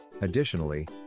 Additionally